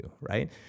Right